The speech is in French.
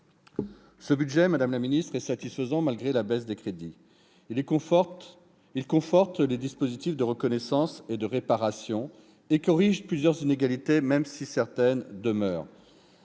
Ce budget, madame la secrétaire d'État, est satisfaisant malgré la baisse des crédits. Il conforte les dispositifs de reconnaissance et de réparation, et corrige plusieurs inégalités, même si certaines demeurent.